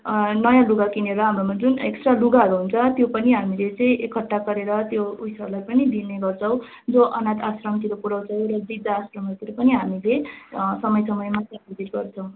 नयाँ लुगा किनेर हाम्रोमा जुन एक्स्ट्रा लुगाहरू हुन्छ त्यो पनि हामीले चाहिँ एकठ्ठा गरेर त्यो उएसहरूलाई पनि दिने गर्छौँ जो अनाथ आश्रामतिर पुऱ्याउँछ र वृद्ध आश्रामहरूतिर पनि हामीले समय समयमा चाहिँ भिजिट गर्छौँ